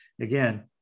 again